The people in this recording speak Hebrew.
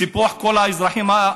סיפוח כל הפלסטינים.